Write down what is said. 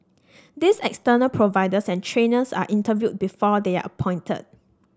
these external providers and trainers are interviewed before they are appointed